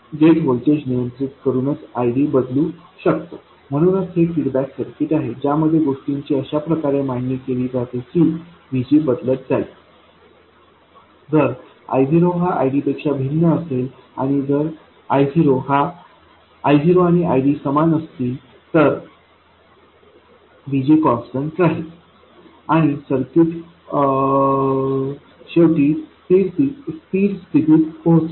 gate voltage नियंत्रित करूनच ID बदलू शकतो म्हणूनच हे फीडबॅक सर्किट आहे ज्यामध्ये गोष्टीची अशा प्रकारे मांडणी केली जाते की VG बदलत जाईल जर I0 हा या ID पेक्षा भिन्न असेल आणि जर I0 आणि ID समान असतील तर VG कॉन्स्टंट राहील आणि सर्किट होईल शेवटी स्थिर स्थितीत पोहोचेल